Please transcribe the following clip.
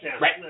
Right